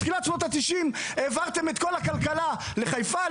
בתחילת שנות ה-90 העברתם את כל הכלכלה לחיפה,